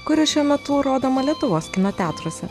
kuri šiuo metu rodoma lietuvos kino teatruose